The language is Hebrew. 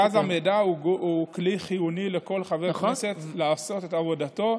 מרכז המידע הוא כלי חיוני לכל חבר הכנסת לעשות את עבודתו,